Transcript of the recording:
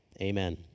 Amen